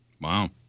Wow